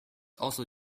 also